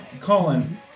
Colin